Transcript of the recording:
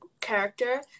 character